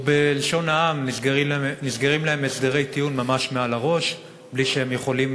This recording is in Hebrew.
או בלשון העם: נסגרים להם הסדרי טיעון ממש מעל הראש בלי שהם יכולים